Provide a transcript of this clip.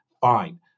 fine